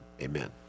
amen